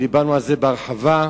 ודיברנו עליו בהרחבה.